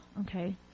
okay